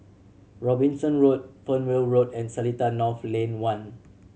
Robinson Road Fernvale Road and Seletar North Lane One